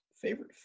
Favorite